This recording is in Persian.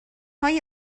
های